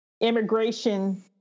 Immigration